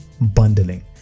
bundling